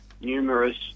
numerous